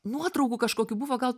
nuotraukų kažkokių buvo gal